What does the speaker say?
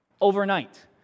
Overnight